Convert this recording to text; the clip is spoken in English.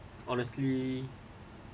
honestly